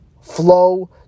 flow